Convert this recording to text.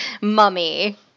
mummy